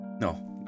No